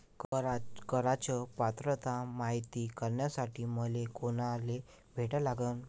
कराच पात्रता मायती करासाठी मले कोनाले भेटा लागन?